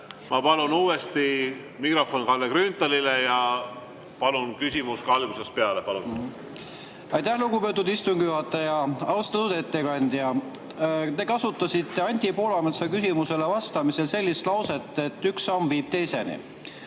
Ma palun anda uuesti mikrofon Kalle Grünthalile ja palun küsimus esitada algusest peale. Palun! Aitäh, lugupeetud istungi juhataja! Austatud ettekandja! Te kasutasite Anti Poolametsa küsimusele vastamisel sellist lauset, et üks samm viib teiseni.